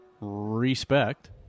respect